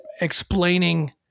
explaining